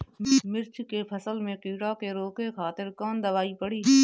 मिर्च के फसल में कीड़ा के रोके खातिर कौन दवाई पड़ी?